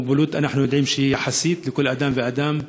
המוגבלות, אנחנו יודעים שהיא יחסית לכל אדם ואדם,